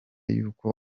y’uko